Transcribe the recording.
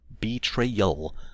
betrayal